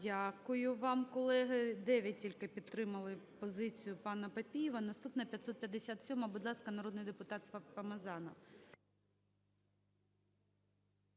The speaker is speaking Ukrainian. Дякую вам, колеги. 9 тільки підтримали позицію панаПапієва. Наступна – 557-а. Будь ласка, народний депутатПомазанов.